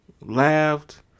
Laughed